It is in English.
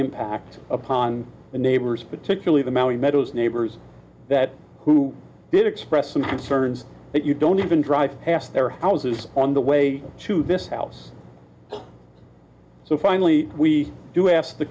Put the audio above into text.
impact upon the neighbors particularly the mountain meadows neighbors that who did express some concerns that you don't even drive past their houses on the way to this house so finally we do ask the